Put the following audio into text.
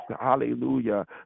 Hallelujah